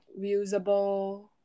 reusable